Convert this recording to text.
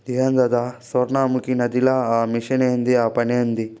ఏందద సొర్ణముఖి నదిల ఆ మెషిన్ ఏంది ఆ పనేంది